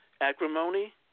acrimony